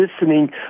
listening